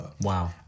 Wow